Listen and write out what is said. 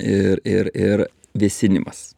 ir ir ir vėsinimas